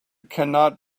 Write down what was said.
cannot